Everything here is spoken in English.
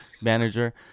manager